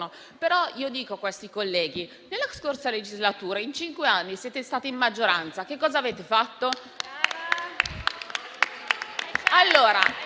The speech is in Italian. Però io dico a questi colleghi: nella scorsa legislatura, per cinque anni, siete stati in maggioranza. Cosa avete fatto?